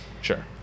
Sure